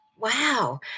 Wow